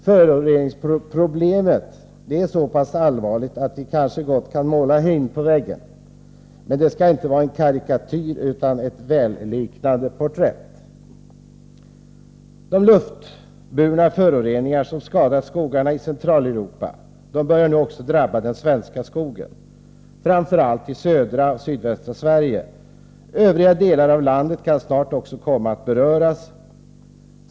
Föroreningsproblemet är så pass allvarligt att vi kanske gott kan måla hin på väggen, men det skall inte vara en karikatyr utan ett välliknande porträtt. De luftburna föroreningar som skadat skogarna i Centraleuropa börjar nu också drabba den svenska skogen, framför allt i södra och sydvästra Sverige. Även övriga delar av landet kan snart komma att beröras.